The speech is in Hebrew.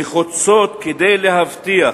הן נחוצות כדי להבטיח